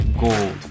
gold